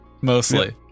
Mostly